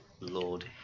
Lord